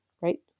right